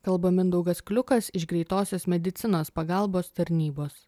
kalba mindaugas kliukas iš greitosios medicinos pagalbos tarnybos